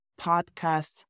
podcasts